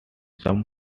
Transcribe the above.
some